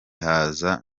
haza